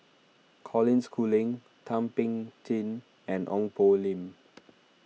Colin Schooling Thum Ping Tjin and Ong Poh Lim